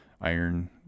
Iron